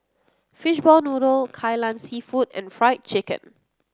Fishball Noodle Kai Lan seafood and Fried Chicken